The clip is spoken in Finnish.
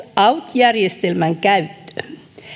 järjestelmän käyttö